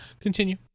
continue